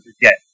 forget